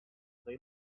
they